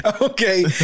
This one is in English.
Okay